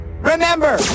Remember